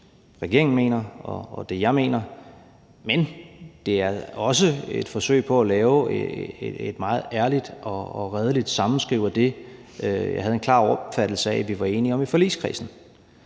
regeringen mener, og det, jeg mener, men det er også et forsøg på at lave et meget ærligt og redeligt sammenskriv af det, jeg havde en klar opfattelse af at vi var enige om i forligskredsen.